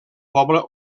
poble